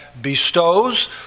bestows